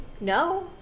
no